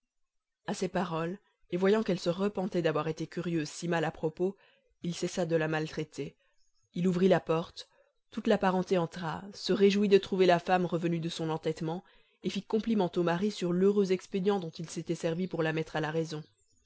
à ces paroles et voyant qu'elle se repentait d'avoir été curieuse si mal à propos il cessa de la maltraiter il ouvrit la porte toute la parenté entra se réjouit de trouver la femme revenue de son entêtement et fit compliment au mari sur l'heureux expédient dont il s'était servi pour la mettre à la raison